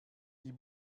die